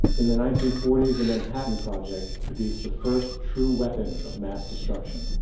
in the nineteen forty s the manhattan project produced the first true weapon of mass destruction.